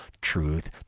truth